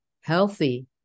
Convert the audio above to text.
healthy